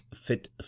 fit